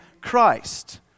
Christ